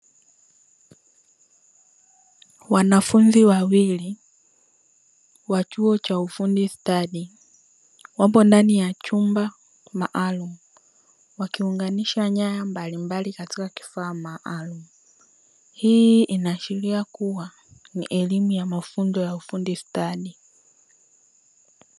Wanafunzi wawili wa chuo cha ufundi stadi wapo ndani ya chumba maalumu, wakiunganisha nyaya mbalimbali katika vifaa maalumu, hii inaashiria kuwa ni elimu ya mafunzo ya ufundi stadi.